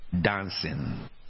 dancing